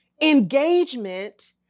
engagement